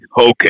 Okay